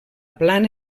plana